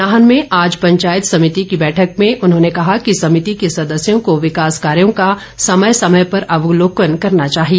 नाहन में आज पंचायत समिति की बैठक में उन्होंने कहा कि समिति के सदस्यों को विकास कार्यो का समय समय पर अवलोकन करना चाहिए